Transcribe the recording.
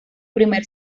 primer